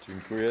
Dziękuję.